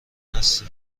هستی